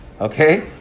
Okay